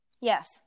Yes